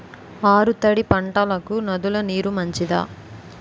ఆరు తడి పంటలకు నదుల నీరు మంచిదా?